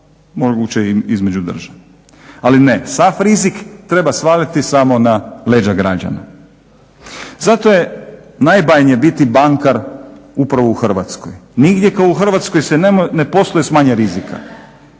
moguće i između države. Ali ne, sav rizik treba svaliti samo na leđa građana. Zato je najbolje biti bankar upravo u Hrvatskoj, nigdje kao u Hrvatskoj se ne posluje s manje rizika.